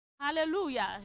Hallelujah